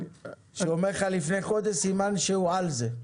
כשהוא אומר לך לפני חודש זה סימן שהוא "יעל זה".